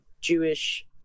Jewish